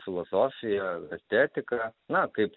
filosofiją estetiką na kaip